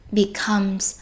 becomes